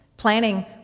planning